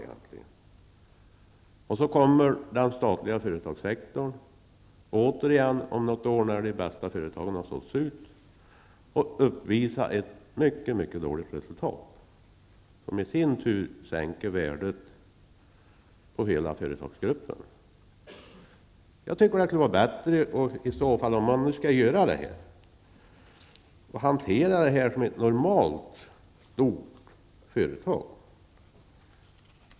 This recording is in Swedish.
Det betyder att den statliga företagssektorn om något år, när de bästa företagen har sålts ut, återigen kommer att uppvisa ett synnerligen dåligt resultat, vilket i sin tur gör att värdet på hela företagsgruppen sjunker. Jag tycker att det skulle vara bättre, om man nu skall genomföra försäljningen, att hantera detta som ett normalt stort företag.